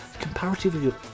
comparatively